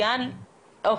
שלום.